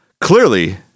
clearly